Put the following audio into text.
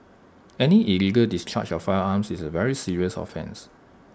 any illegal discharge of firearms is A very serious offence